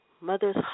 Mother's